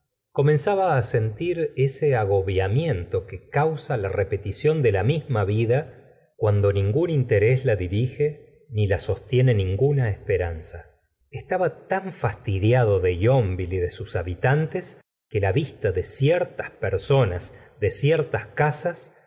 comenzaba sentir ese agobiamiento que causa la repetición de la misma vida cuando ningún interés la dirige ni la sostiene ninguna esperanza estaba tan fastidiado de yonville y de sus habitantes que la vista de ciertas personas de ciertas casas